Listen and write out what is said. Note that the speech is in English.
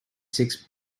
six